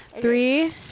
Three